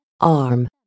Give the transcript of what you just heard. arm